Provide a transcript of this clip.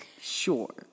Sure